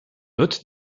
haute